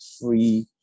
free